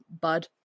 bud